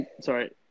sorry